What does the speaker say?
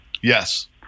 Yes